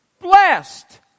Blessed